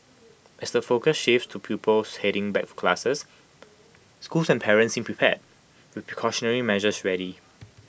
as the focus shifts to pupils heading back for classes schools and parents seem prepared with precautionary measures ready